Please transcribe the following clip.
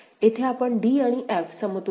येथे आपण d आणि f समतुल्य आहेत